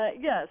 Yes